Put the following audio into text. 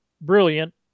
brilliant